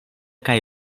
kaj